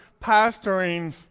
pastoring